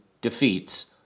defeats